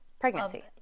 pregnancy